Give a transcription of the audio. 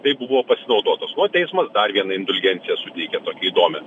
tai buvo pasinaudotos o teismas dar vieną indulgenciją suteikė tokią įdomią